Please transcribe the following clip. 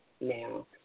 now